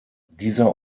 dieser